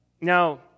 Now